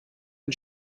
ein